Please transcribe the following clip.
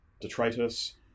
detritus